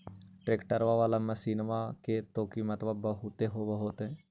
ट्रैक्टरबा बाला मसिन्मा के तो किमत्बा बहुते होब होतै?